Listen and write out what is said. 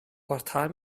quartal